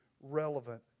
relevant